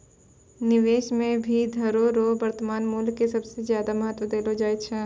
निवेश मे भी धनो रो वर्तमान मूल्य के सबसे ज्यादा महत्व देलो जाय छै